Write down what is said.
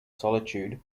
solitude